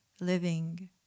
living